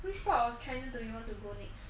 which part of china do you want to go next